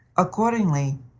accordingly,